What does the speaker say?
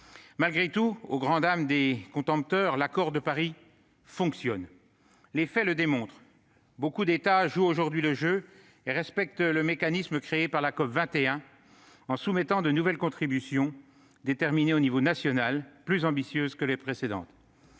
Malgré tout, au grand dam de ses contempteurs, l'accord de Paris fonctionne. Les faits le démontrent : beaucoup d'États jouent aujourd'hui le jeu et respectent le mécanisme créé par la COP21 en soumettant de nouvelles contributions déterminées au niveau national plus ambitieuses que les précédentes.